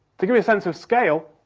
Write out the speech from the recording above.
to give you a sense of scale,